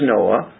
Noah